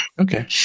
Okay